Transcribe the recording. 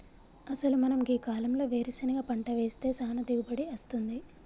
అసలు మనం గీ కాలంలో వేరుసెనగ పంట వేస్తే సానా దిగుబడి అస్తుంది